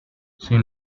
sin